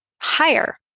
higher